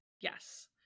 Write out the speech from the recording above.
Yes